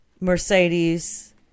Mercedes